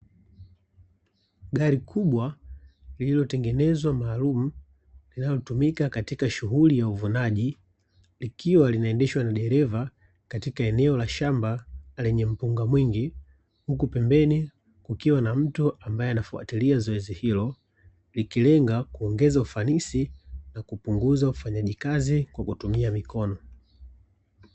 Gari kubwa lililotengenezwa maalumu linalotumika katika shughuli ya uvunaji, likiwa linaendeshwa na dereva katika eneo la shamba lenye mpunga mwingi, huku pembeni kukiwa na mtu ambae anafuatilia zoezi hilo; likilenga kuongeza ufanisi na kupunguza ufanyaji kazi kwa kutumia mikono.